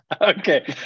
okay